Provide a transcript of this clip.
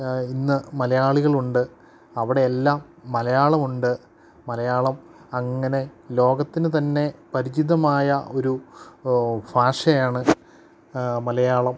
ഇന്ന് മലയാളികളുണ്ട് അവിടെയല്ലാം മലയാളമുണ്ട് മലയാളം അങ്ങനെ ലോകത്തിനു തന്നെ പരിചിതമായ ഒരു ഭാഷയാണ് മലയാളം